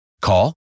Call